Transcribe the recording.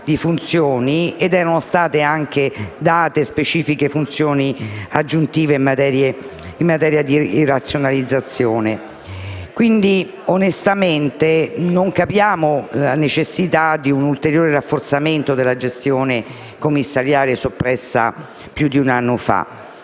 di funzioni e assegnati specifici compiti aggiuntivi in materia di razionalizzazione. Quindi, onestamente, non capiamo la necessità di un ulteriore rafforzamento della gestione commissariale, soppressa più di un anno fa,